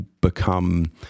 become